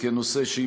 כנושא שהיא